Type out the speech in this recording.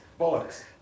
Bollocks